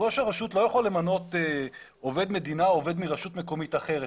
ראש הרשות לא יכול למנות עובד מדינה או עובד מרשות מקומית אחרת.